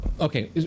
Okay